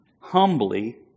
humbly